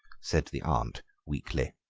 said the aunt weakly.